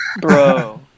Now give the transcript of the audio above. Bro